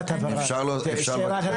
אפשר להוסיף שני דברים?